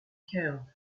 kern